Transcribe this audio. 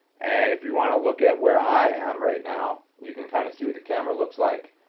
and if you want to look at where i am right now you can kind of see with the camera looks like.